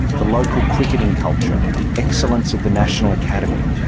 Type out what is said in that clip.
the local cricketing culture, the excellence of the national academy,